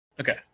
Okay